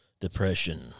depression